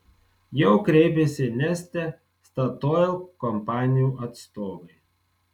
jau kreipėsi neste statoil kompanijų atstovai